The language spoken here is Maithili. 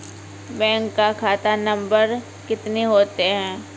बैंक का खाता नम्बर कितने होते हैं?